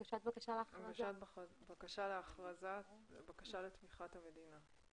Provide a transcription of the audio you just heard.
"הגשת בקשה להכרזה ובקשה לתמיכת המדינה.